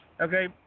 Okay